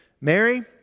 Mary